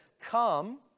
come